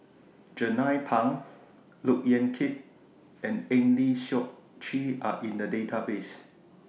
Jernnine Pang Look Yan Kit and Eng Lee Seok Chee Are in The Database